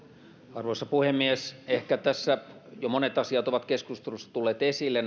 arvoisa puhemies ehkä tässä jo monet asiat näistä hallituksen toimenpiteistä ovat keskustelussa tulleet esille